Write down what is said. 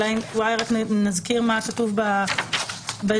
אולי רק נזכיר מה כתוב ב-GDPR,